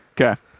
Okay